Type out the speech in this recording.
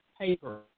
paper